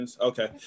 Okay